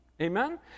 Amen